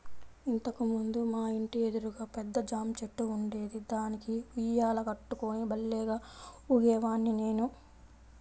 ఇంతకు ముందు మా ఇంటి ఎదురుగా పెద్ద జాంచెట్టు ఉండేది, దానికి ఉయ్యాల కట్టుకుని భల్లేగా ఊగేవాడ్ని నేను